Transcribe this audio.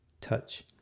touch